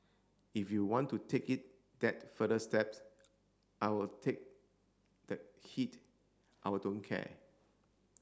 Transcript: if you want to take it that further steps I will take the heat I don't care